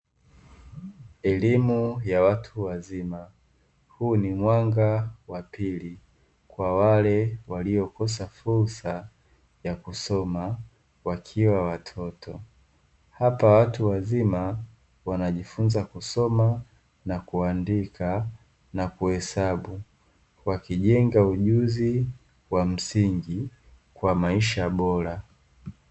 Elimu ya watu wazima, huu ni mwanga wa pili kwa wale waliokosa fursa ya kusoma wakiwa watoto. Hapa watu wazima wanajifunza kusoma na kuandika na kuhesabu wakijenga ujuzi wa msingi kwa maisha bora.